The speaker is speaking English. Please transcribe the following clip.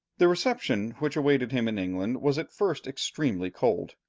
the reception which awaited him in england was at first extremely cold.